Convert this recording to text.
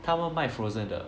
他们卖 frozen 的